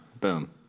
Boom